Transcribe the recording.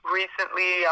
recently